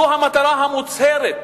זו המטרה המוצהרת